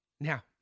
Now